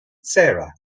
sara